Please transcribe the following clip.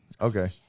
Okay